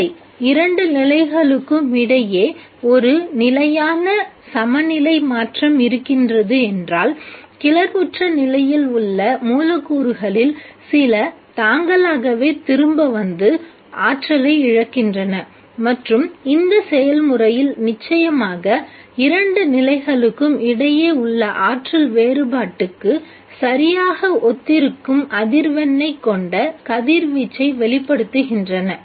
இல்லை இரண்டு நிலைகளுக்கும் இடையே ஒரு நிலையான சமநிலை மாற்றம் இருக்கின்றது என்றால் கிளர்வுற்ற நிலையில் உள்ள மூலக்கூறுகளில் சில தாங்களாகவே திரும்ப வந்து ஆற்றலை இழக்கின்றன மற்றும் இந்த செயல்முறையில் நிச்சயமாக இரண்டு நிலைகளுக்கும் இடையே உள்ள ஆற்றல் வேறுபாட்டுக்கு சரியாக ஒத்திருக்கும் அதிர்வெண்ணை கொண்ட கதிர்வீச்சை வெளிப்படுத்துகின்றன